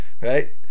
right